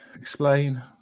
Explain